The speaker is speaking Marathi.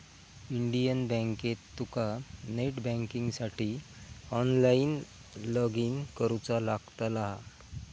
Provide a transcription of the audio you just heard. इंडियन बँकेत तुका नेट बँकिंगसाठी ऑनलाईन लॉगइन करुचा लागतला